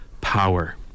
power